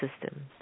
system